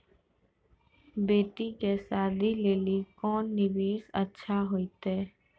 बेटी के शादी लेली कोंन निवेश अच्छा होइतै?